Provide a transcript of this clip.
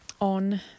on